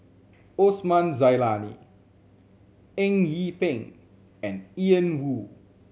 Osman Zailani Eng Yee Peng and Ian Woo